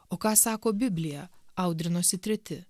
o ką sako biblija audrinosi treti